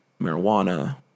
marijuana